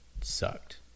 sucked